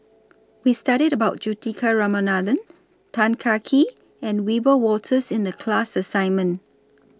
We studied about Juthika Ramanathan Tan Kah Kee and Wiebe Wolters in The class assignment